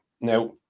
Now